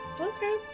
okay